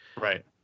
Right